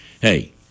hey